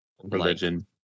Religion